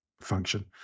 function